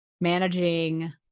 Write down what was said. managing